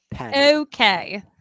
okay